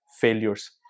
failures